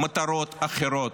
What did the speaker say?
מטרות אחרות.